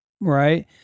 Right